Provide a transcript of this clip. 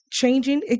changing